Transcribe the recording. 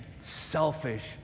selfish